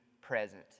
present